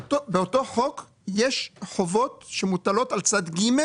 באותו חוק יש חובות שמוטלות על צד ג'